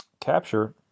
capture